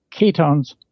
ketones